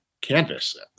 canvas